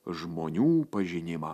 žmonių pažinimą